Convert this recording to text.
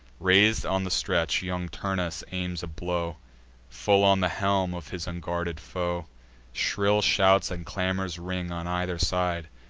rais'd on the stretch, young turnus aims a blow full on the helm of his unguarded foe shrill shouts and clamors ring on either side,